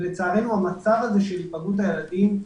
ולצערנו המצב הזה של היפגעות הילדים,